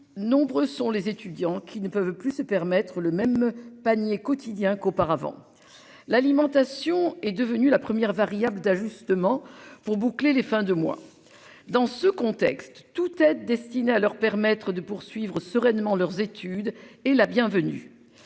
nombreux sont les étudiants qui ne peuvent plus se permettre le même panier quotidien qu'auparavant. L'alimentation est devenue la première variable d'ajustement pour boucler les fins de mois. Dans ce contexte, toute aide destinée à leur permettre de poursuivre sereinement leurs études est la bienvenue.